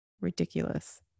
ridiculous